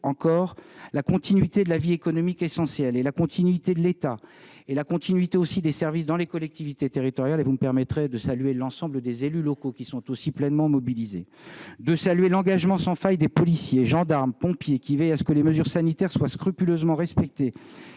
encore la continuité de la vie économique essentielle, la continuité de l'État et la continuité des services dans les collectivités territoriales. À cet égard, vous me permettrez de saluer l'ensemble des élus locaux, qui sont aussi pleinement mobilisés, de saluer l'engagement sans faille des policiers, gendarmes et pompiers, qui veillent à ce que les mesures sanitaires soient scrupuleusement respectées,